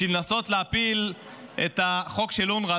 בשביל לנסות להפיל את החוק של אונר"א.